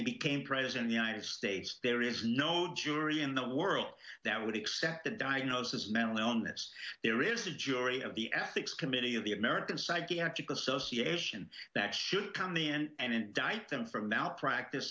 he became president the united states there is no jury in the world that would accept a diagnosis of mental illness there is a jury of the ethics committee of the american psychiatric association that should come in and indict them for malpracti